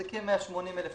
שזה כ-180,000 בשנה,